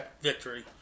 victory